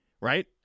right